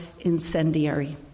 incendiary